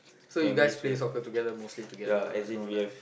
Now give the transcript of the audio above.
so you guys play soccer together mostly together and all that